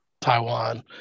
Taiwan